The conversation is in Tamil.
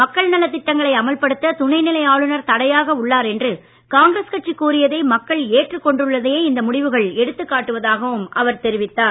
மக்கள் நல திட்டங்களை அமல்படுத்த துணைநிலை ஆளுநர் தடையாக உள்ளார் என்று காங்கிரஸ் கட்சி கூறியதை மக்கள் ஏற்றுக் கொண்டுள்ளதையே இந்த முடிவுகள் எடுத்துக் காட்டுவதாகவும் அவர் தெரிவித்தார்